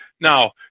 Now